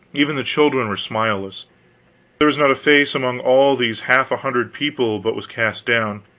even the children were smileless there was not a face among all these half a hundred people but was cast down,